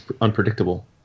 unpredictable